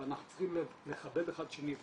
אבל אנחנו צריכים לכבד אחד את שני.